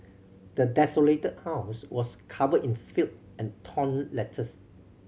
the desolated house was covered in filth and torn letters